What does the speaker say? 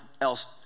else